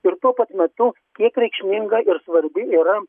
ir tuo pat metu kiek reikšminga ir svarbi yra